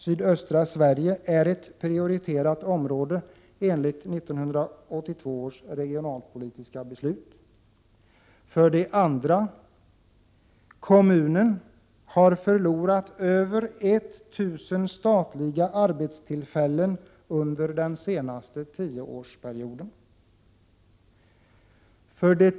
Sydöstra Sverige är ett prioriterat område enligt 1982 års regionalpolitiska beslut. 2. Kommunen har förlorat över 1 000 statliga arbetstillfällen under den senaste tioårsperioden. 3.